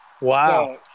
Wow